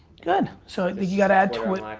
good, so you gotta add twitter.